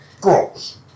Gross